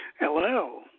hello